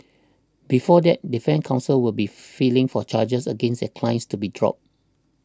before that defence counsels will be filing for charges against their clients to be dropped